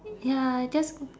ya I just